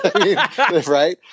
Right